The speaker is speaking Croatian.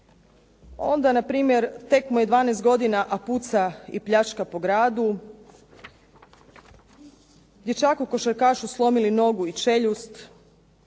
onda npr. tek mu je 12 godina a puca i pljačka po gradu. Dječaku košarkašu slomili nogu i čeljust,